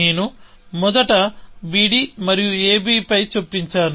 నేను మొదట bd మరియు ab పై చొప్పించాను